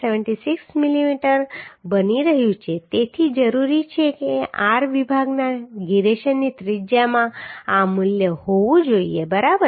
76 millimetre બની રહ્યું છે તેથી જરૂરી છે r વિભાગના ગિરેશનની ત્રિજ્યામાં આ મૂલ્ય હોવું જોઈએ બરાબર